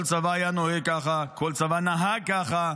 כל צבא היה נוהג ככה, כל צבא נהג ככה.